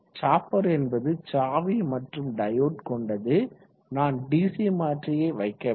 chopper என்பது சாவி மற்றும் டையோடு கொண்டது நான் டிசி மாற்றியை வைக்கவில்லை